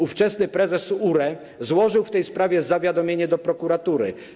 Ówczesny prezes URE złożył w tej sprawie zawiadomienie do prokuratury.